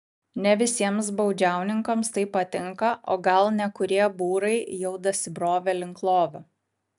ne visiems baudžiauninkams tai patinka o gal nekurie būrai jau dasibrovė link lovio